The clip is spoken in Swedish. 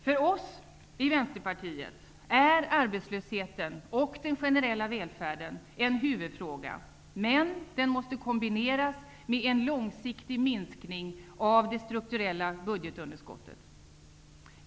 För oss i Vänsterpartiet är arbetslösheten och den generella välfärden en huvudfråga, men den måste kombineras med en långsiktig minskning av det strukturella budgetunderskottet.